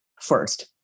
first